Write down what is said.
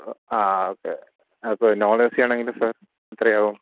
ആ ഓക്കെ അപ്പോൾ non A C ആണെങ്കിലോ സാര് എത്രയാവും